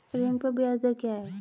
ऋण पर ब्याज दर क्या है?